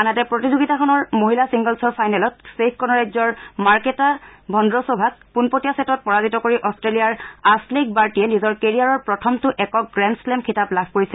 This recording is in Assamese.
আনহাতে প্ৰতিযোগিতাখনৰ মহিলাৰ ছিংগলছৰ ফাইনেলত চেক গণৰাজ্যৰ মাৰ্কেটা ভভ্ডছভাক পোনপটীয়া ছেটত পৰাজিত কৰি অট্টেলিয়াৰ আছালেইগ কাৰ্টিয়ে নিজৰ কেৰিয়াৰৰ প্ৰথমটো একক গ্ৰেণ্ডশ্লেম খিতাপ লাভ কৰিছে